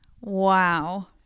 Wow